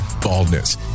baldness